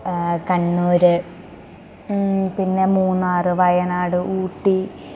കണ്ണൂർ പിന്നെ മൂന്നാർ വയനാട് ഊട്ടി